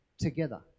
together